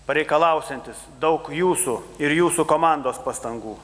pareikalausiantis daug jūsų ir jūsų komandos pastangų